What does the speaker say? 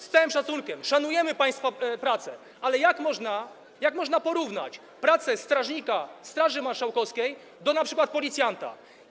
Z całym szacunkiem, szanujemy państwa pracę, ale jak można porównać pracę strażnika Straży Marszałkowskiej do pracy np. policjanta?